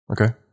Okay